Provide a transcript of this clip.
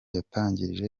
yatangarije